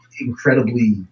incredibly